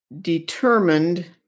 determined